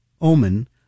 omen